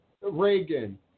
reagan